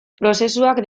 prozesuak